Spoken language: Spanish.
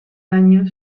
años